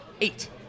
eight